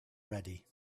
ready